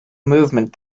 movement